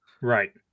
Right